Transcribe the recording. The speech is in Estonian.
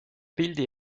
pildi